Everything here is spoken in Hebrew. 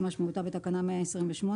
כמשמעותה בתקנה 128,